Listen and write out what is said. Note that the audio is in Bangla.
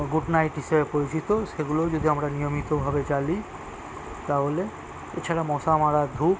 গুড নাইট হিসেবে পরিচিত সেগুলোও যদি আমরা নিয়মিতভাবে জ্বালি তাহলে এছাড়া মশামারা ধূপ